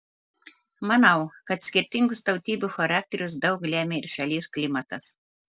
manau kad skirtingus tautybių charakterius daug lemia ir šalies klimatas